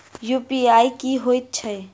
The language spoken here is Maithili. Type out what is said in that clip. यु.पी.आई की हएत छई?